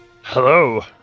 hello